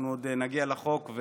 אנחנו עוד נגיע לחוק,